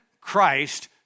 Christ